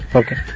okay